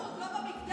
במהות, לא במגדר.